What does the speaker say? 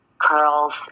curls